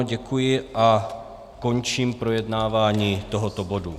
Děkuji a končím projednávání tohoto bodu.